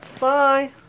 Bye